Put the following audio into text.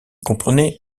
comprenait